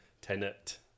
Tenant